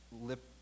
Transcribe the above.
lip